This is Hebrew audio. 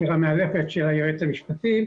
הסקירה המאלפת של היועץ המשפטי.